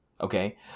Okay